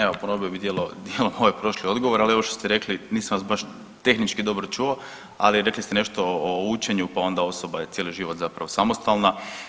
Evo ponovio bih dijelom ovaj prošli odgovor, ali ovo što ste rekli nisam vas baš tehnički dobro čuo, ali rekli ste nešto o učenju pa osoba je cijeli život zapravo samostalna.